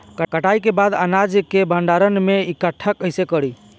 कटाई के बाद अनाज के भंडारण में इकठ्ठा कइसे करी?